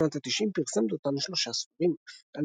בשנות ה-90 פרסם דותן שלושה ספרים "על